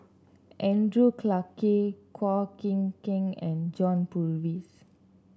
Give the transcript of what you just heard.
Andrew Clarke Chua Chim Kang and John Purvis